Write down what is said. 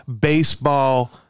baseball